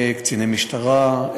קציני משטרה,